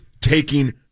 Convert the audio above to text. taking